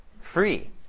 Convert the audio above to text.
free